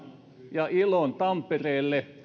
ja ilon tampereelle